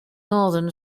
northern